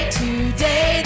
today